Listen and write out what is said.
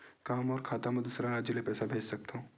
का मोर खाता म दूसरा राज्य ले पईसा भेज सकथव?